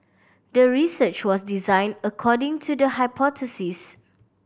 the research was designed according to the hypothesis